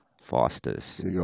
Foster's